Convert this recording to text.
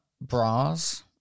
Bras